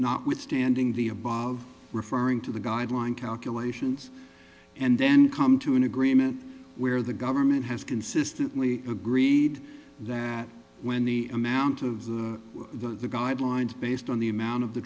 notwithstanding the above referring to the guideline calculations and then come to an agreement where the government has consistently agreed that when the amount of the guidelines based on the amount of the